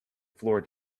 floor